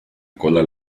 cola